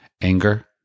anger